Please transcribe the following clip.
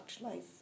life